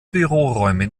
büroräume